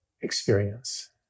experience